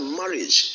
marriage